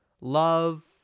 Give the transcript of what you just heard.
Love